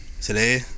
Today